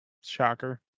Shocker